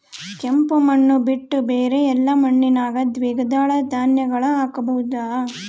ಕೆಂಪು ಮಣ್ಣು ಬಿಟ್ಟು ಬೇರೆ ಎಲ್ಲಾ ಮಣ್ಣಿನಾಗ ದ್ವಿದಳ ಧಾನ್ಯಗಳನ್ನ ಹಾಕಬಹುದಾ?